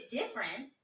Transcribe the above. different